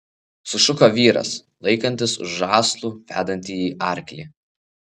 sušuko vyras laikantis už žąslų vedantįjį arklį